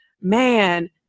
man